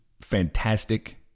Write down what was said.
fantastic